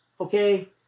okay